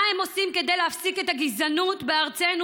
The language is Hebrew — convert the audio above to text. מה הם עושים כדי להפסיק את הגזענות בארצנו?